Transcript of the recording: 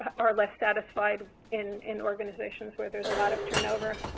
are less satisfied in in organizations where there is a lot of turnover.